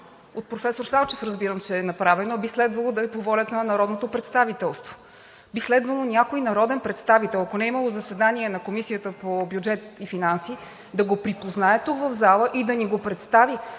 От професор Салчев разбирам, че е направено, а би следвало да е по волята на народното представителство и някой народен представител, ако не е имало заседание на Комисията по бюджет и финанси, да го припознае тук, в залата и да ни го представи.